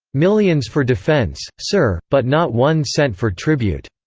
millions for defense, sir, but not one cent for tribute.